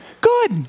good